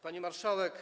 Pani Marszałek!